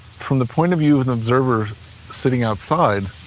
from the point of view of observers sitting outside,